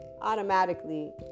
automatically